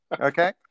Okay